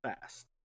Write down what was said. fast